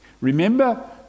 Remember